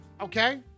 okay